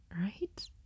Right